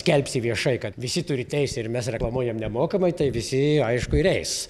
skelbsi viešai kad visi turi teisę ir mes reklamuojam nemokamai tai visi aišku ir eis